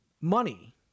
money